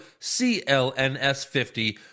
CLNS50